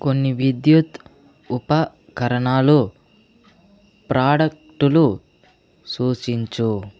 కొన్ని విద్యుత్ ఉపకరణాలు ప్రాడక్టులు సూచించు